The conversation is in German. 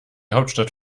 hauptstadt